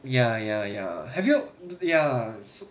ya ya ya have you ya